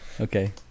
Okay